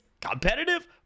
competitive